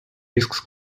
risks